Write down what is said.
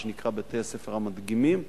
מה שנקרא "בתי-הספר המדגימים".